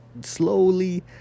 slowly